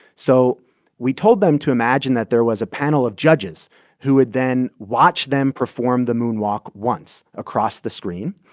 so we told them to imagine that there was a panel of judges who would then watch them perform the moonwalk once across the screen,